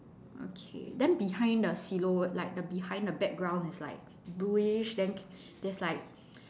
okay then behind the silhouette like the behind the background is like bluish then there's like